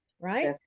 right